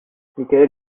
michaël